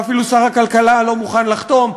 ואפילו שר הכלכלה לא מוכן לחתום.